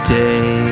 day